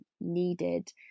needed